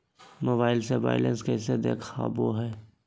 Mobile से balance कैसे देखाबो है?